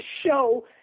show